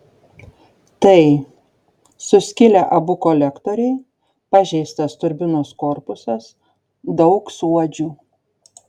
tai suskilę abu kolektoriai pažeistas turbinos korpusas daug suodžių